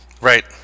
right